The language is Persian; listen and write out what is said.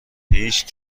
هیچ